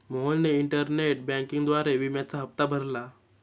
मोहनने इंटरनेट बँकिंगद्वारे विम्याचा हप्ता भरला